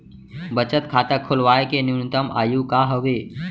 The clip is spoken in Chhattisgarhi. बचत खाता खोलवाय के न्यूनतम आयु का हवे?